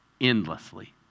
endlessly